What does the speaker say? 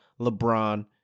lebron